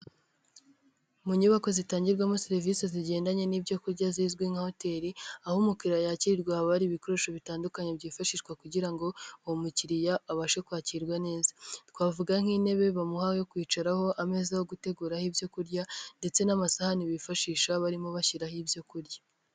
Mu nyubako zitangirwamo serivisi zigendanye n'ibyo kurya zizwi nka hoteli, aho umukiriya yakirwa haba ari ibikoresho bitandukanye byifashishwa kugira ngo uwo mukiriya abashe kwakirwa neza. Twavuga nk'intebe bamuha yo kwicaraho, ameza yo gutegura ibyo kurya ndetse n'amasahani bifashisha barimo bashyiraho ibyo kurya.